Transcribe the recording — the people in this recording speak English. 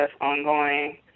ongoing